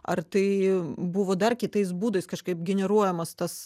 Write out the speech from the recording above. ar tai buvo dar kitais būdais kažkaip generuojamas tas